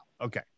Okay